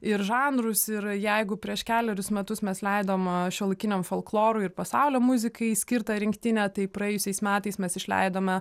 ir žanrus yra jeigu prieš kelerius metus mes leidom šiuolaikiniam folklorui ir pasaulio muzikai skirtą rinktinę tai praėjusiais metais mes išleidome